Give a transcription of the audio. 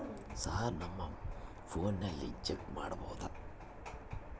Sir ನಮ್ಮ ಫೋನಿನಲ್ಲಿ check ಮಾಡಬಹುದಾ?